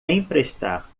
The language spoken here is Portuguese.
emprestar